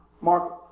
Mark